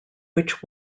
which